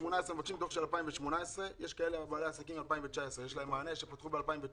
מבקשים דוח של 2018. יש כאלה בעלי עסקים שפתחו ב-2019.